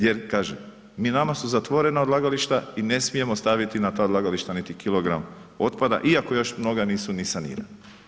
Jer kažem nama su zatvorena odlagališta i ne smijemo staviti na ta odlagališta niti kilogram otpada iako još mnoga nisu ni sanirana.